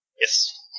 Yes